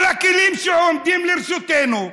כל הכלים שעומדים לרשותנו,